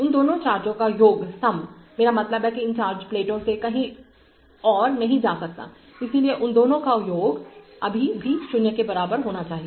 उन दो चार्जो का योग मेरा मतलब है कि चार्ज इन प्लेटों से कहीं और नहीं जा सकता है इसलिए उन दोनों का योग अभी भी 0 के बराबर होना चाहिए